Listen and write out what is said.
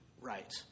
right